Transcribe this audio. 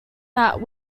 that